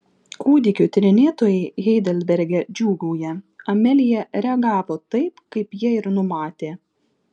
kūdikių tyrinėtojai heidelberge džiūgauja amelija reagavo taip kaip jie ir numatė